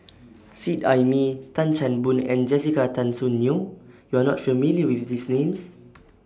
Seet Ai Mee Tan Chan Boon and Jessica Tan Soon Neo YOU Are not familiar with These Names